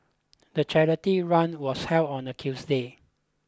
the charity run was held on a Tuesday